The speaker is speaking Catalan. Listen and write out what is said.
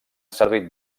servit